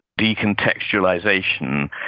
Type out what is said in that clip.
decontextualization